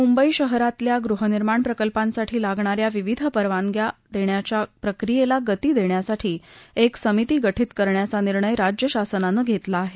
मुंबई शहरातल्या गुहनिर्माण प्रकल्पांसाठी लागण्याऱ्या विविध परवानग्या देण्याच्या प्रक्रियेला गती देण्यासाठी एक समिती गठीत करण्याचा निर्णय राज्य शासनाने घेतला आहे